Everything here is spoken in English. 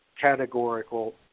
categorical